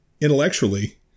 intellectually